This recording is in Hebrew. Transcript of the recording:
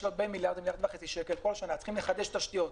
יש מיליארד וחצי שקל כל שנה וצריך לחדש תשתיות,